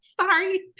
sorry